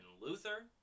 Luther